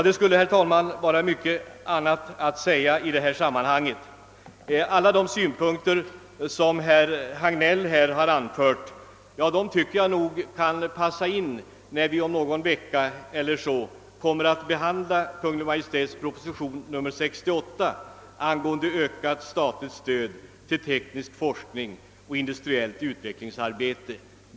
Det kunde vara mycket att tillägga, men jag vill bara säga att alla de synpunkter som herr Hagnell här anfört kan passa bra när vi om någon vecka behandlar Kungl. Maj:ts proposition nr 68 angående ökat statligt stöd till teknisk forskning och industriellt utvecklingsarbete.